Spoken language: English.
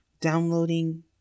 downloading